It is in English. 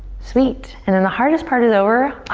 sweet, and then the hardest part is over, ah,